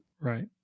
Right